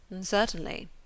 Certainly